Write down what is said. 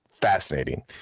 fascinating